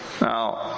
Now